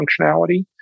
functionality